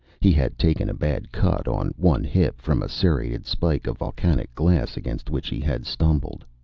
he had taken a bad cut on one hip from a serrated spike of volcanic glass against which he had stumbled.